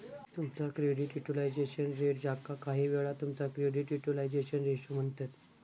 तुमचा credit utilization rate, ज्याका काहीवेळा तुमचो क्रेडिट युटिलायझेशन रेशो म्हणतत